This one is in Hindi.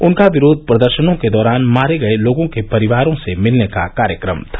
उनका विरोध प्रदर्शनों के दौरान मारे गये लोगों के परिवारों से मिलने का कार्यक्रम था